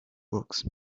books